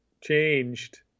changed